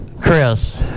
Chris